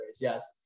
yes